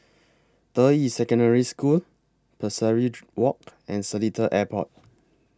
Deyi Secondary School Pesari Walk and Seletar Airport